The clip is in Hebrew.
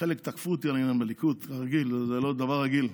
חלק תקפו אותי היום בליכוד, כרגיל, זה דבר רגיל.